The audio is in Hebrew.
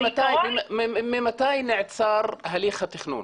ממתי נעצר הליך התכנון?